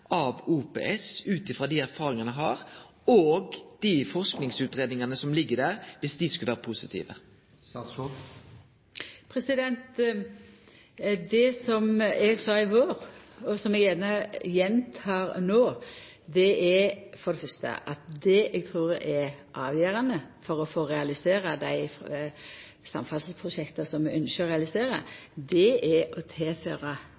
av OPS, ut frå dei erfaringane ein har, og dei forskingsutgreiingane som ligg der, dersom dei skulle vere positive? Det som eg sa i vår, og som eg gjerne gjentek no, er for det fyrste at det eg trur er avgjerande for å få realisert dei samferdselsprosjekta som vi ynskjer å realisera, er å tilføra